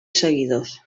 seguidors